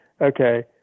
okay